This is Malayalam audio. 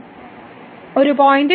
ഒരു പോയിന്റിൽ x y